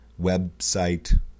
website